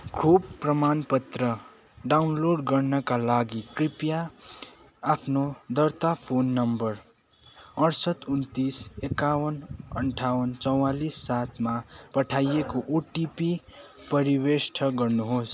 खोप प्रमाण पत्र डाउनलोड गर्नाका लागि कृपया आफ्नो दर्ता फोन नम्बर अठसट्ठ उनन्तिस एकाउन्न अन्ठाउन्न चवालिस सातमा पठाइएको ओटिपी परवेष्ट गर्नु होस्